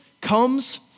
comes